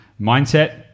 mindset